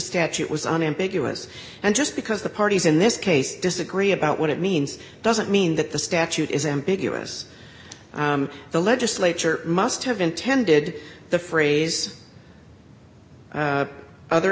statute was unambiguous and just because the parties in this case disagree about what it means doesn't mean that the statute is ambiguous the legislature must have intended the phrase other